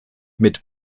mit